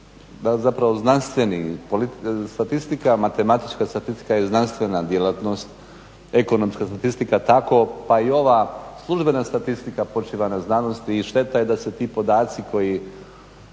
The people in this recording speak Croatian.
zapravo znanstveno. Matematička statistika je znanstvena djelatnost, ekonomska statistika tako pa i ova službena statistika počiva na znanosti i šteta je da se ti podaci koje